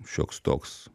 šioks toks